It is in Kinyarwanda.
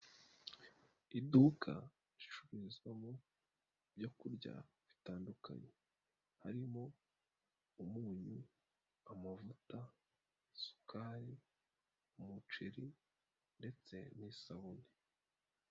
Iduka ricururizwamo ibyo kurya bitandukanye, harimo umunyu, amavuta, isukari, umuceri ndetse n'isabune.